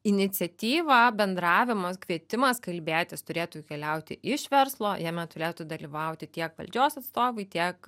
iniciatyva bendravimas kvietimas kalbėtis turėtų keliauti iš verslo jame turėtų dalyvauti tiek valdžios atstovai tiek